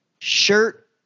shirt